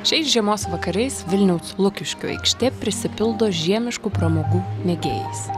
šiais žiemos vakarais vilniaus lukiškių aikštė prisipildo žiemiškų pramogų mėgėjais